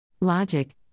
Logic